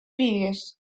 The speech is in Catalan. pigues